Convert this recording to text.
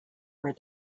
where